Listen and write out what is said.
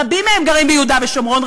רבים מהם גרים ביהודה ושומרון,